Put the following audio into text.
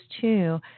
two